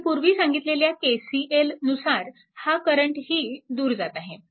मी पूर्वी सांगितलेल्या KCL नुसार हा करंटही दूर जात आहे